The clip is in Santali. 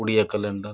ᱩᱲᱭᱟᱹ ᱠᱮᱞᱮᱱᱰᱟᱨ